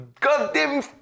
goddamn